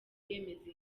yemeza